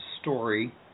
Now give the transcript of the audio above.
story